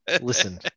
listen